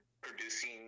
producing